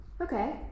okay